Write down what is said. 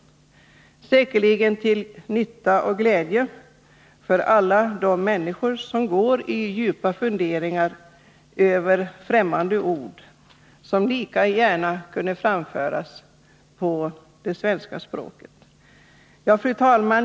Det skulle säkerligen bli till nytta och glädje för alla de människor som går i djupa funderingar över främmande ord, som lika gärna kunde uttryckas på det svenska språket. Fru talman!